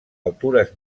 altures